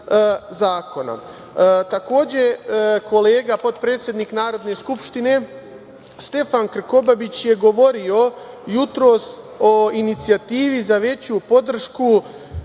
zakona. Kolega, potpredsednik Narodne skupštine, Stefan Krkobabić, je govorio jutros o inicijativi za veću podršku